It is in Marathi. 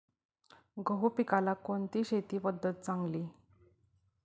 गहू पिकाला कोणती शेती पद्धत चांगली?